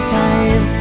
time